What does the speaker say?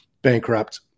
bankrupt